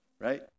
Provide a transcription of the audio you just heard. right